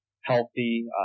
healthy